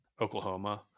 Oklahoma